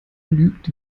lügt